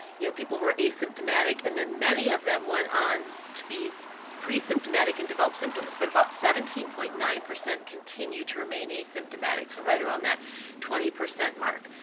you know, people were asymptomatic and then many of them went on to be pre-symptomatic and develop symptoms but about seventeen point nine continued to remain asymptomatic so right around that twenty percent mark.